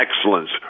excellence